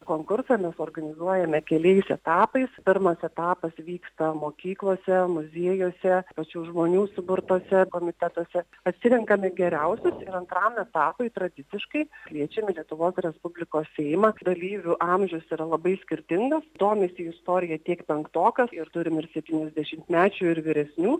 konkursą mes organizuojame keliais etapais pirmas etapas vyksta mokyklose muziejuose pačių žmonių suburtose komitetuose atsirenkame geriausius ir antram etapui tradiciškai kviečiam į lietuvos respublikos seimą dalyvių amžius yra labai skirtingas domisi istorija tiek penktokas ir turim ir septyniasdešimtmečių ir vyresnių